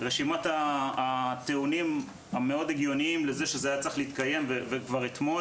רשימת הטיעונים המאוד הגיוניים לכך שזה היה צריך להיות כבר מוסדר